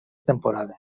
temporada